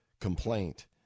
complaint